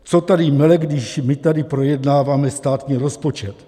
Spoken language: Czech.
Co tady mele, když my tady projednáváme státní rozpočet?